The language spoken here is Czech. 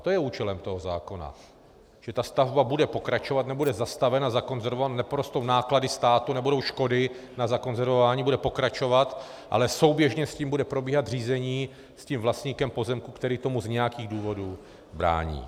To je účelem toho zákona, že ta stavba bude pokračovat, nebude zastavena, zakonzervována, neporostou náklady státu, nebudou škody na zakonzervování, bude pokračovat, ale souběžně s tím bude probíhat řízení s tím vlastníkem pozemku, který tomu z nějakých důvodů brání.